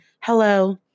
hello